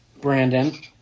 Brandon